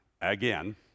again